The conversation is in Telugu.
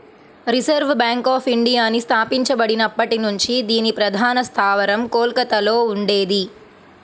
రిజర్వ్ బ్యాంక్ ఆఫ్ ఇండియాని స్థాపించబడినప్పటి నుంచి దీని ప్రధాన స్థావరం కోల్కతలో ఉండేది